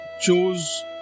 chose